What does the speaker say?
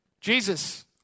Jesus